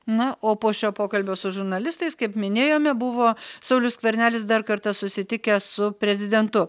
na o po šio pokalbio su žurnalistais kaip minėjome buvo saulius skvernelis dar kartą susitikęs su prezidentu